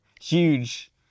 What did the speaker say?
Huge